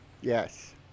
Yes